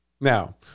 Now